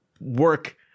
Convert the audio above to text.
work